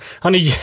Honey